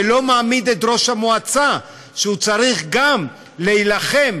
ולא מעמיד את ראש המועצה שצריך גם להילחם,